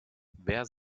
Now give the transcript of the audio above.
wer